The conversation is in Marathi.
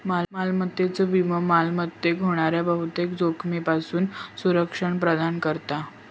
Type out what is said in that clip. मालमत्तेचो विमो मालमत्तेक होणाऱ्या बहुतेक जोखमींपासून संरक्षण प्रदान करता